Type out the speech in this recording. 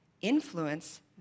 influence